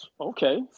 Okay